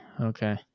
Okay